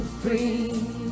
free